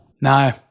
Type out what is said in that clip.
No